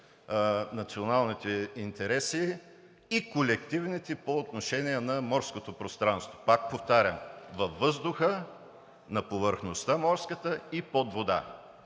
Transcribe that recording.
националните интереси и колективните по отношение на морското пространство. Пак повтарям, във въздуха, на морската повърхност и под вода.